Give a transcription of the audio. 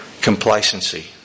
complacency